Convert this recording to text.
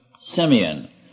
Simeon